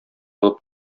алып